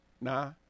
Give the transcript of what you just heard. nah